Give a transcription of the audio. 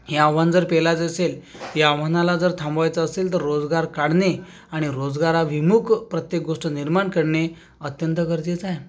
हे आव्हान जर पेलायचे असेल या आव्हानाला जर थांबवायचं असेल तर रोजगार काढणे आणि रोजगाराविमुख प्रत्येक गोष्ट निर्माण करणे अत्यंत गरजेचं आहे